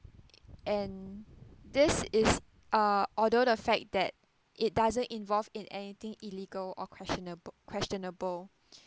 and this is uh although the fact that it doesn't involve in anything illegal or questionable questionable